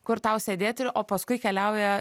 kur tau sėdėti ir o paskui keliauja